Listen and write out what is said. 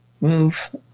move